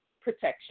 protection